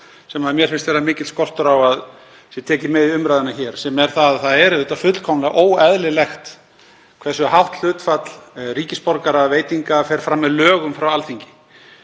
sem mér finnst vera mikill skortur á að sé tekið inn í umræðuna hér, sem er að það er auðvitað fullkomlega óeðlilegt hversu hátt hlutfall ríkisborgararéttarveitinga fer fram með lögum frá Alþingi.